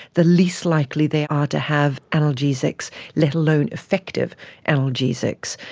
the least likely they are to have analgesics, let alone effective analgesics.